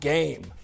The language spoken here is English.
Game